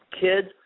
kids